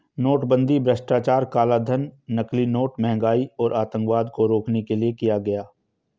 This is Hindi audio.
नोटबंदी भ्रष्टाचार, कालाधन, नकली नोट, महंगाई और आतंकवाद को रोकने के लिए किया गया